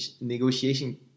negotiation